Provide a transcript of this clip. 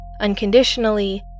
unconditionally